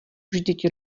vždyť